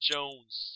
Jones